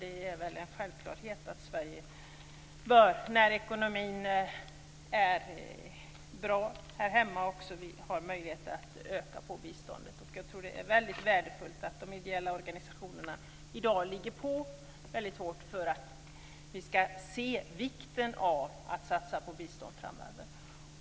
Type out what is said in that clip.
Det är väl en självklarhet att Sverige, när ekonomin är bra här hemma, bör öka biståndet. Jag tror att det är mycket värdefullt att de ideella organisationerna i dag ligger på väldigt hårt för att vi skall se vikten av att satsa på bistånd framöver.